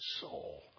soul